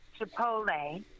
Chipotle